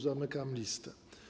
Zamykam listę.